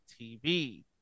TV